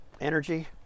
energy